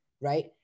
right